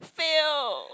fail